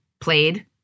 played